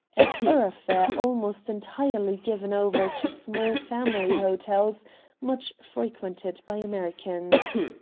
a thoroughfare almost entirely given over to small family hotels much frequented by americans.